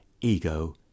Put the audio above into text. ego